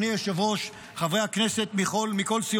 וזה בטוח בתמיכת הקואליציה, נכון?